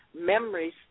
Memories